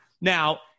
Now